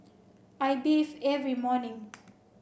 I bathe every morning